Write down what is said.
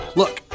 look